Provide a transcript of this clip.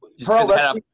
Pearl